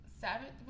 Savage